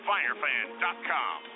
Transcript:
FireFan.com